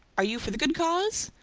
are you for the good cause?